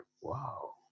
wow